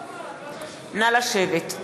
נא לשבת.